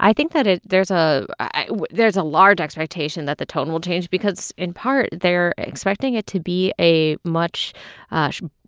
i think that there's ah a there's a large expectation that the tone will change because in part, they're expecting it to be a much